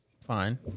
fine